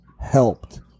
helped